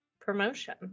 promotion